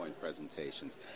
presentations